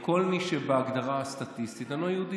כל מי שבהגדרה הסטטיסטית אינו יהודי.